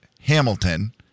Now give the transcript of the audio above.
Hamilton